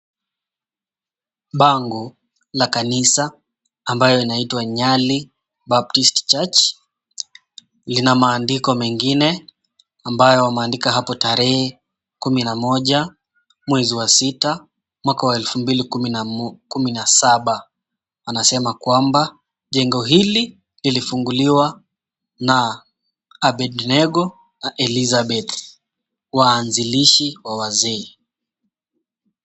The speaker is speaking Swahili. Bango la kanisa ambayo inaitwa Nyali Baptist Church lina maandiko mengine ambayo wameandika hapo tarehe 11/6/2017 anasema kwamba jengo hili lilifunguliwa na Abednego na Elizabeth, waanzilishi wa wazee.